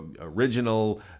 original